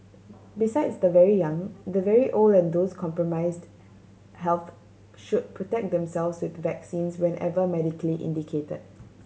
besides the very young the very old and those compromised health should protect themselves with vaccines whenever medically indicated